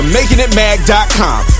MakingItMag.com